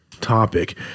topic